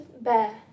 Bear